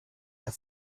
der